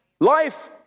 Life